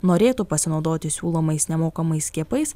norėtų pasinaudoti siūlomais nemokamais skiepais